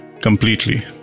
completely